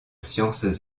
sciences